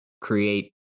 create